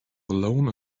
alone